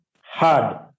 hard